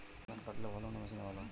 হাতে ধান কাটলে ভালো না মেশিনে?